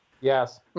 Yes